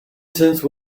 since